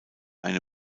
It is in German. eine